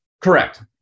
Correct